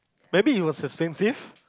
maybe it was expensive